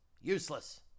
useless